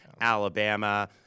Alabama